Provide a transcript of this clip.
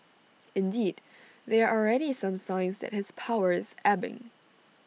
indeed there are already some signs that his power is ebbing